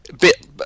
Bit